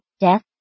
death